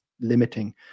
limiting